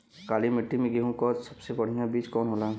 काली मिट्टी में गेहूँक सबसे बढ़िया बीज कवन होला?